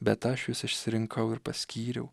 bet aš jus išsirinkau ir paskyriau